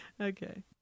Okay